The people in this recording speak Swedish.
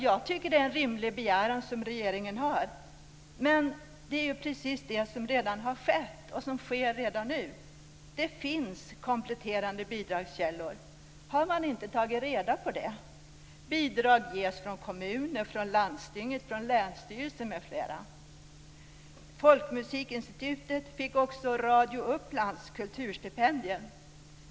Jag tycker att regeringens begäran är rimlig, men det finns ju redan nu kompletterande bidragskällor. Har man inte tagit reda på det? Bidrag ges från kommunen, landstinget, länsstyrelsen m.fl. Folkmusikinstitutet fick också Radio Upplands kulturstipendium.